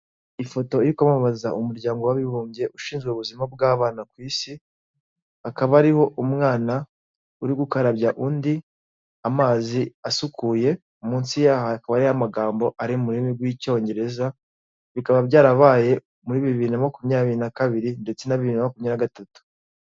Ifoto iri kwamamaza umuryango w'abibumbye ushinzwe ubuzima bw'abana ku isi, hakaba hariho umwana uri gukarabya undi amazi asukuye munsi yaho hakaba hariho amagambo ari mu rurimi rw'icyongereza, bikaba byarabaye muri bibiri na makumyabiri na kabiri ndetse na bibiri na makumyabiri na gatatu.